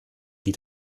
die